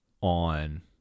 on